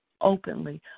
openly